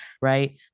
right